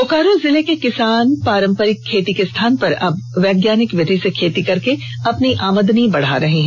बोकारो जिले के किसान पारंपरिक खेती के स्थान पर अब वैज्ञानिक विधि से खेती करके अपनी आमदनी बढ़ा रहे हैं